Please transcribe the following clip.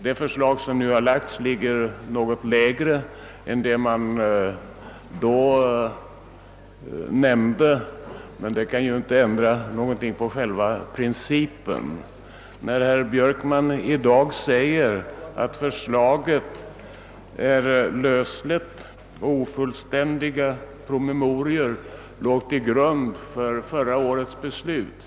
Det förslag som nu framlagts ligger något lägre än det man då talade om, men det kan inte ändra något beträffande själva principen. Herr Björkman säger att förslaget var lösligt och att ofullständiga promemorior låg till grund för förra årets beslut.